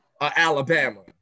Alabama